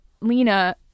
Lena